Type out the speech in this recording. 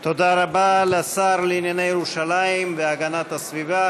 תודה רבה לשר לענייני ירושלים והגנת הסביבה,